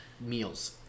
Meals